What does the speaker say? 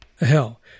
Hell